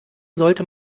sollte